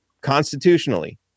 constitutionally